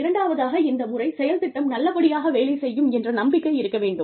இரண்டாவதாக இந்த முறை செயல் திட்டம் நல்ல படியாக வேலை செய்யும் என்ற நம்பிக்கை இருக்க வேண்டும்